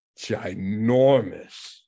ginormous